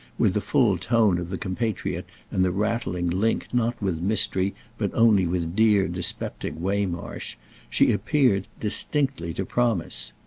with the full tone of the compatriot and the rattling link not with mystery but only with dear dyspeptic waymarsh she appeared distinctly to promise.